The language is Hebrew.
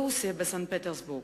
ברוסיה, בסנט-פטרסבורג.